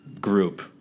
group